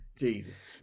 jesus